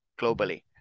globally